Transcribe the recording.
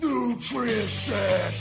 Nutrition